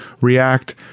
react